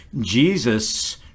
Jesus